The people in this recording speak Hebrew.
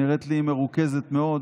את נראית לי מרוכזת מאוד.